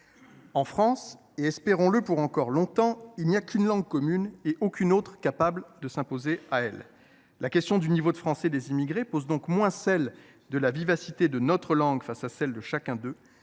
En France, espérons le pour encore longtemps, il n’y a qu’une seule langue commune et aucune autre n’est capable de s’imposer à elle. La question du niveau de français des immigrés tient donc moins à la vivacité de notre langue face à celles de chacun d’eux